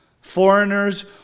Foreigners